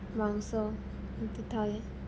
ମାଂସ ଏମିତି ଥାଏ